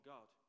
God